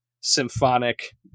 symphonic